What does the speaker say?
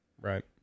Right